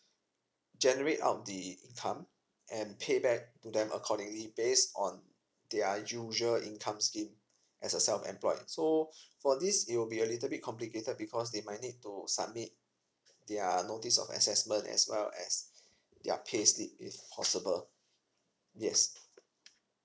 generate out the income and pay back to them accordingly based on their usual income slip as a self employed so for this it will be a little bit complicated because they might need to submit their notice of assessment as well as their pay slip if possible yes